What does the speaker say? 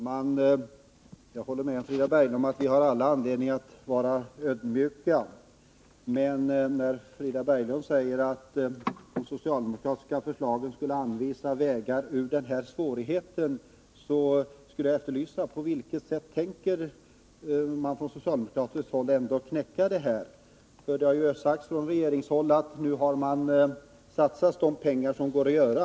Herr talman! Jag håller med Frida Berglund om att vi har all anledninz att vara ödmjuka. Men när Frida Berglund säger att de socialdemokratiska förslagen skulle anvisa vägar ur svårigheterna vill jag efterlysa besked om på vilket sätt man från socialdemokratiskt håll tänker knäcka problemen. Det har sagts från regeringshåll att man nu har satsat de pengar som går att satsa.